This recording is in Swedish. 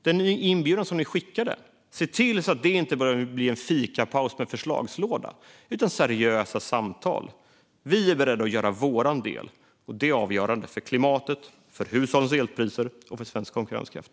Se till att den inbjudan ni nyligen skickade inte bara blir en fikapaus med förslagslåda utan att det i stället blir seriösa samtal. Vi är beredda att göra vår del. Det är avgörande för klimatet, för hushållens elpriser och för svensk konkurrenskraft.